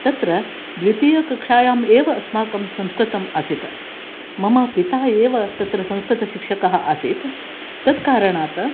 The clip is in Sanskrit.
तत्र द्वितीयकक्षायाम् एव अस्माकं संस्कृतम् आसीत् मम पिता एव तत्र संस्कृतशिक्षकः आसीत् तत्कारणात्